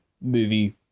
movie